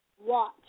watch